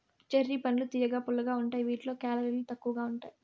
cherry పండ్లు తియ్యగా, పుల్లగా ఉంటాయి వీటిలో కేలరీలు తక్కువగా ఉంటాయి